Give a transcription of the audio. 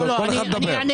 תנו לכל אחד לדבר.